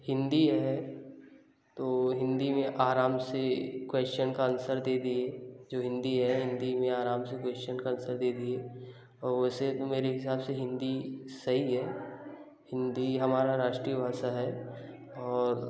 हिंदी है तो हिंदी में आराम से क्वेश्चन का आंसर दे दिए जो हिंदी है हिंदी में आराम से क्वेश्चन का आंसर दे दिए और वैसे मेरे हिसाब से हिंदी सही है हिंदी हमारा राष्ट्रीय भाषा है और